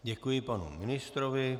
Děkuji panu ministrovi.